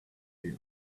you